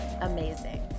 amazing